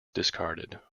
discarded